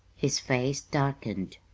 his face darkened.